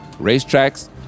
racetracks